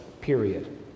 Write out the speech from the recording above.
period